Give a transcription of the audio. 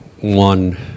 one